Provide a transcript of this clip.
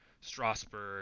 Strasbourg